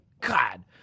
God